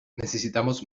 necesitamos